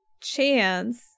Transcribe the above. chance